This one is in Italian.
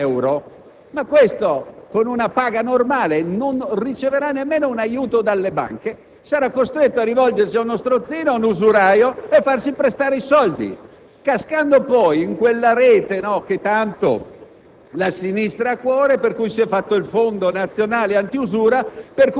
che incappa in una sanzione, perché anche i poveracci sbagliano, da 6.000 euro. Ma questa persona non riceverà nemmeno un aiuto dalle banche, sarà costretta a rivolgersi a un usuraio per farsi prestare i soldi, cascando poi in quella rete che tanto